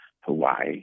Hawaii